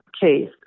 case